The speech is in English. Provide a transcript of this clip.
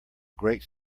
great